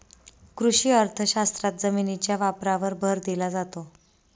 कृषी अर्थशास्त्रात जमिनीच्या वापरावर भर दिला जातो